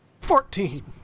Fourteen